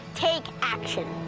take action.